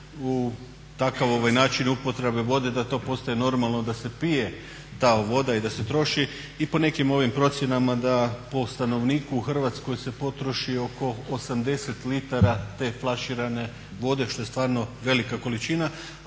u takav način upotrebe vode da to postaje normalno da se pije ta voda i da se troši. I po nekim ovim procjenama da po stanovniku u Hrvatskoj se potroši oko 80 litara te flaširane vode što je stvarno velika količina,